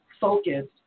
focused